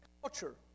culture